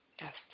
Yes